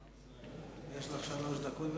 יש לך שלוש דקות,